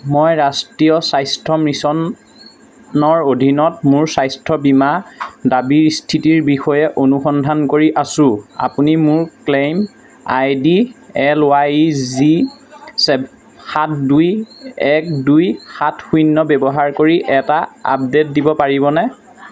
মই ৰাষ্ট্ৰীয় স্বাস্থ্য মিছন নৰ অধীনত মোৰ স্বাস্থ্য বীমা দাবীৰ স্থিতিৰ বিষয়ে অনুসন্ধান কৰি আছোঁ আপুনি মোৰ claim I D L Y E G seven সাত দুই এক দুই সাত শূন্য ব্যৱহাৰ কৰি এটা আপডে'ট দিব পাৰিবনে